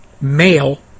male